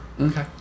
Okay